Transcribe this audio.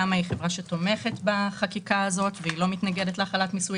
תמה היא חברה שתומכת בחקיקה הנדונה ולא מתנגדת להטלת מיסוי